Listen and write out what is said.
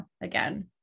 again